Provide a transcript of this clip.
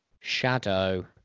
shadow